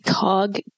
cog